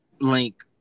link